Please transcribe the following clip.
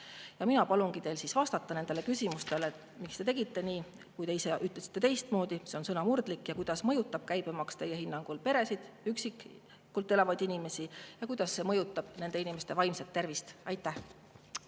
Mina palungi teil vastata küsimustele, miks te tegite nii, kui te ise ütlesite teistmoodi – see on sõnamurdlik –, ning kuidas mõjutab käibemaks teie hinnangul peresid, üksi elavaid inimesi ja kuidas see mõjutab nende vaimset tervist. Aitäh!